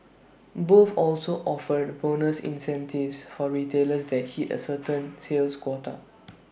both also offered bonus incentives for retailers that hit A certain sales quota